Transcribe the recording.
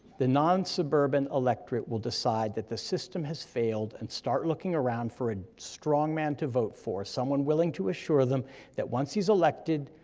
the non-suburban electorate will decide that the system has failed, and start looking around for a strongman to vote for, someone willing to assure them that once he's elected,